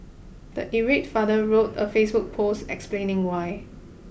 the irate father wrote a Facebook post explaining why